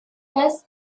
first